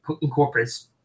incorporates